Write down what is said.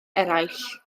eraill